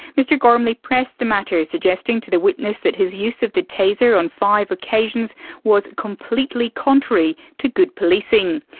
mr gormly pressed the matter, suggesting to the witness that his use of the taser on five occasions was completely contrary to good policing.